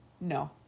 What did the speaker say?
No